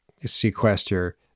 sequester